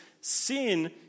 sin